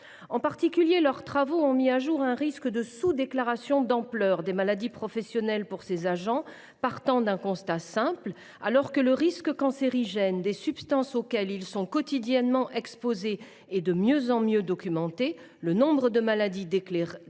de nos collègues ont notamment mis à jour un risque de sous déclaration d’ampleur des maladies professionnelles de ces agents, étayé par une observation simple : alors que le risque cancérogène des substances auxquelles ils sont quotidiennement exposés est de mieux en mieux documenté, le nombre de maladies déclarées